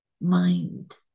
mind